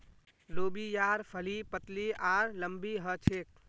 लोबियार फली पतली आर लम्बी ह छेक